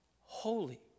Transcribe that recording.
holy